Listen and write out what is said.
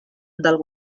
del